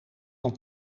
dan